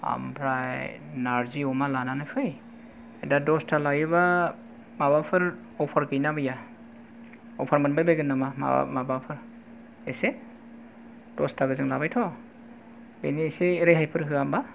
आमफ्राय नारजि अमा लानानै फै दा दसथा लायोब्ला माबाफोर अफार गैयोना गैया अफार मोनबाय बायगोन नामा अ माबाफोर एसे दसथा गोजोन लाबायथ' बेनि एसे रेहायफोर होआ होमबा